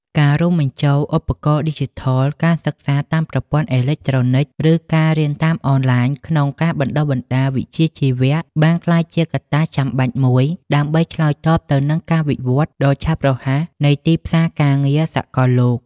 ការរួមបញ្ចូលឧបករណ៍ឌីជីថល ការសិក្សាតាមប្រព័ន្ធអេឡិចត្រូនិក ឬ ការរៀនតាមអនឡាញ ក្នុងការបណ្តុះបណ្តាលវិជ្ជាជីវៈ បានក្លាយជាកត្តាចាំបាច់មួយដើម្បីឆ្លើយតបទៅនឹងការវិវត្តដ៏ឆាប់រហ័សនៃទីផ្សារការងារសកលលោក។